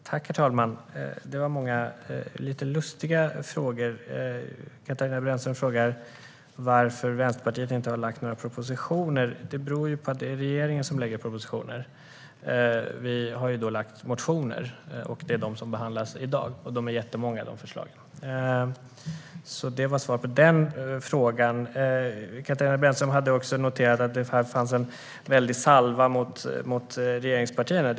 Herr talman! Det där var många lite lustiga frågor. Katarina Brännström frågar varför Vänsterpartiet inte har lagt fram några propositioner. Detta beror på att det är regeringen som lägger fram propositioner. Vi har lagt fram motioner - det är dessa som behandlas i dag, och de förslagen är jättemånga. Det var svar på den frågan. Katarina Brännström noterade också en salva mot regeringspartierna.